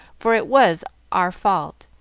for it was our fault,